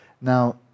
Now